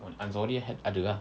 on anzari had ada ah